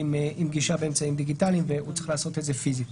עם גישה באמצעים דיגיטליים והוא צריך לעשות את זה פיזית.